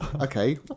okay